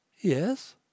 Yes